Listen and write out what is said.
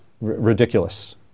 ridiculous